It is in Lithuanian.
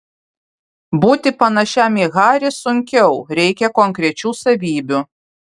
būti panašiam į harį sunkiau reikia konkrečių savybių